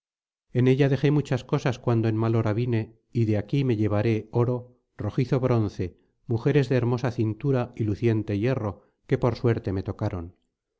en ella dejé muchas cosas cuando en mal hora vine y de aquí me llevaré oro rojizo bronce mujeres de hermosa cintura y luciente hierro que por suerte me tocaron